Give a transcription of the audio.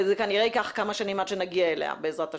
וזה כנראה ייקח כמה שנים עד שנגיע אליה בעזרת השם.